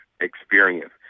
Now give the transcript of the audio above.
experience